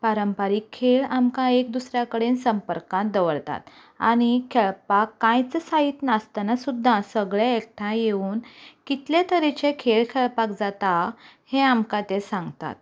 पारंपारीक खेळ आमकां एक दुसऱ्या कडेन संपर्कांत दवरतात आनी खेळपाक कांयच साहित नासतना सुद्दा सगले एकठांय येवन कितले तरेचे खेळ खेळपाक जाता हें आमकां तें सांगतात